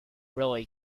really